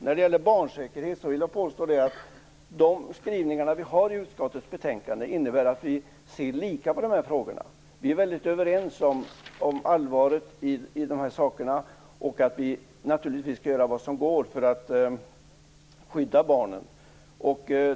När det gäller barnsäkerhet påstår jag att de skrivningar som vi har i utskottets betänkande innebär att vi ser lika på dessa frågor. Vi är överens om allvaret och om att vi naturligtvis skall göra vad vi kan för att skydda barnen.